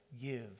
give